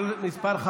מס' 1942,